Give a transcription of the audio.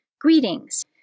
Greetings